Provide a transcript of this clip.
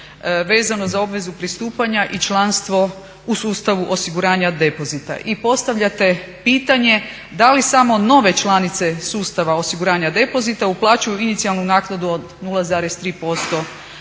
vezano za obvezu pristupanja i članstvo u sustavu osiguranja depozita. I postavljate pitanje da li samo nove članice sustava osiguranja depozita uplaćuju inicijalnu naknadu od 0,3%